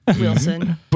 Wilson